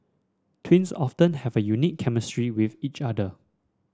twins often have a unique chemistry with each other